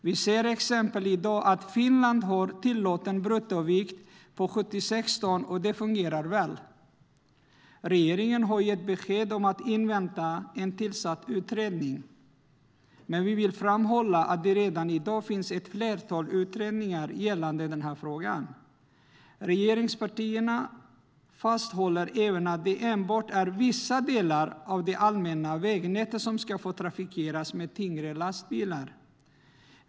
Vi ser i dag till exempel att Finland har en tillåten bruttovikt på 76 ton och att det fungerar väl. Regeringen har gett besked om att invänta en tillsatt utredning, men vi vill framhålla att det redan i dag finns ett flertal utredningar gällande den här frågan. Regeringspartierna står även fast vid att det enbart är vissa delar av det allmänna vägnätet som ska få trafikeras med tyngre lastbilar.